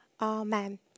amen